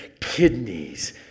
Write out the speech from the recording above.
kidneys